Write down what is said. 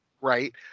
right